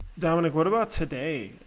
dominic what about today?